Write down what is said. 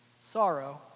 sorrow